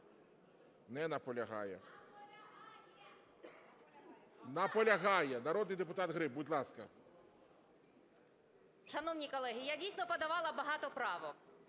у залі) Наполягає. Народний депутат Гриб, будь ласка.